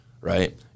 right